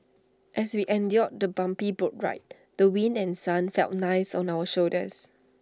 as we endured the bumpy boat ride the wind and sun felt nice on our shoulders